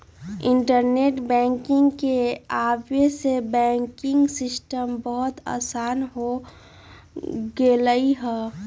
internet banking के आवे से बैंकिंग सिस्टम बहुत आसान हो गेलई ह